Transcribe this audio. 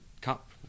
Cup